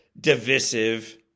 divisive